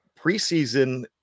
preseason